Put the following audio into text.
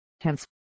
Hence